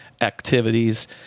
activities